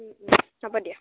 হ'ব দিয়া